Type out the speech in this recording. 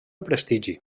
prestigi